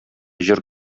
җыр